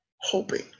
hoping